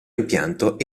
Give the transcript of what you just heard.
impianto